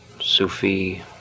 Sufi